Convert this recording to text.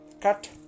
cut